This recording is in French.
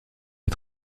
les